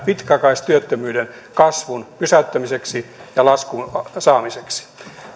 tämän pitkäaikaistyöttömyyden kasvun pysäyttämiseksi ja laskuun saamiseksi